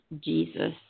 Jesus